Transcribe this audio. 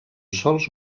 sols